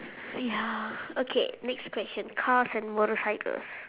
!aiya! okay next question cars and motorcycles